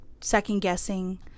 second-guessing